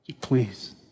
Please